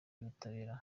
y’ubutabera